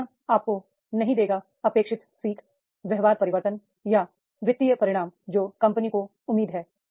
प्रशिक्षण आपको नहीं देगा अपेक्षित सीख व्यवहार परिवर्तन या वित्तीय परिणाम जो कंपनी को उम्मीद है